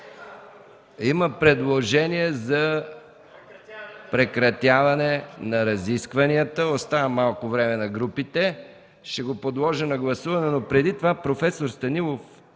Има предложение за прекратяване на разискванията – остава малко време на групите. Ще го подложа на гласуване, но преди това проф. Станилов